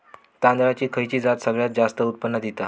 तांदळाची खयची जात सगळयात जास्त उत्पन्न दिता?